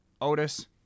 Otis